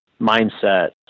mindset